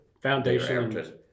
foundation